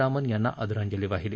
रामन यांना आदरांजली वाहीली